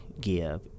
give